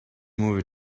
movie